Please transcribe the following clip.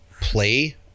play